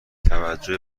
توجه